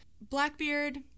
Blackbeard